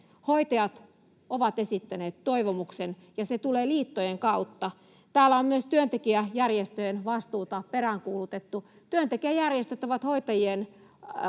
Hoitajat ovat esittäneet toivomuksen, ja se tulee liittojen kautta. Täällä on myös työntekijäjärjestöjen vastuuta peräänkuulutettu. Työntekijäjärjestöt ovat hoitajien